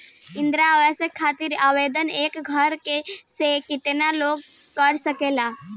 इंद्रा आवास खातिर आवेदन एक घर से केतना लोग कर सकेला?